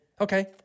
okay